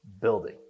building